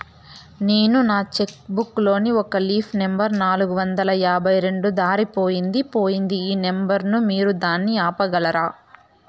నేను నా cheque book లోని ఒక లీఫ్ నెంబర్ నాలుగు వందల యాభై రెండు దారిపొయింది పోయింది ఈ నెంబర్ ను మీరు దాన్ని ఆపగలరా?